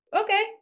Okay